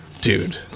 Dude